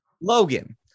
Logan